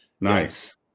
Nice